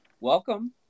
welcome